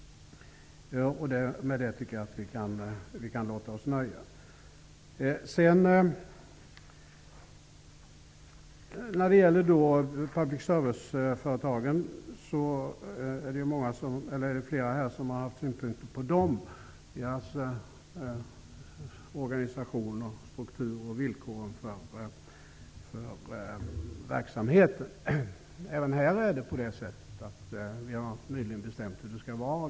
Med detta tycker jag att vi kan låta oss nöja. Flera här har haft synpunkter på public serviceföretagen när det gäller organisation, struktur och villkor för verksamheten. Även här har vi nyligen bestämt hur det skall vara.